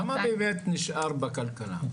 למה באמת נשאר בכלכלה?